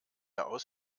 aus